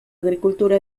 agricultura